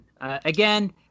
Again